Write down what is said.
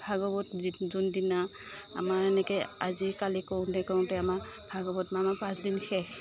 ভাগৱত যোনদিনা আমাৰ এনেকৈ আজিকালি কৰোঁতে কৰোঁতে আমাৰ ভাগৱত নামত পাঁচ দিন শেষ